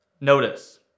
Notice